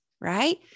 right